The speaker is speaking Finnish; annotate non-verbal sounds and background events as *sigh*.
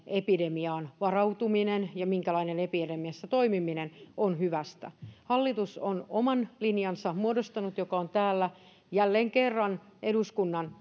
*unintelligible* epidemiaan varautuminen ja minkälainen epidemiassa toimiminen on hyvästä hallitus on muodostanut oman linjansa joka on täällä jälleen kerran eduskunnan *unintelligible*